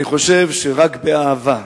אני חושב שרק באהבה,